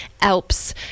Alps